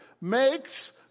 makes